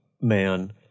man